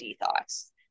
thoughts